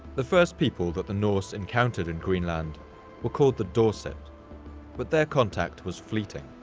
the first people that the norse encountered in greenland were called the dorset but their contact was fleeting.